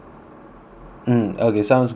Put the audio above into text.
mm okay sounds good ah ya